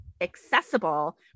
accessible